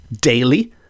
daily